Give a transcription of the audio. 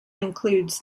includes